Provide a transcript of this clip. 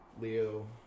Leo